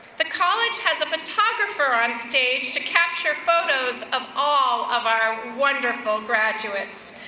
the college has a photographer on stage to capture photos of all of our wonderful graduates.